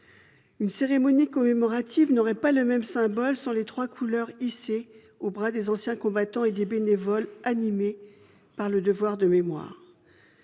Une cérémonie commémorative n'aurait pas la même portée symbolique sans les trois couleurs hissées aux bras des anciens combattants et des bénévoles animés par le devoir de mémoire.